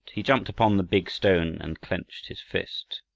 he jumped upon the big stone, and clenched his fist.